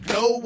no